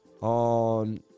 on